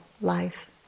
life